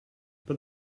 but